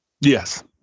Yes